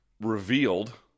revealed